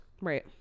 Right